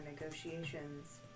negotiations